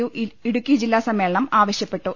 U Idukki ജില്ലാ സമ്മേളനം ആവശ്യപ്പെട്ടു